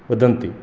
वदन्ति